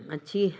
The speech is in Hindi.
अच्छी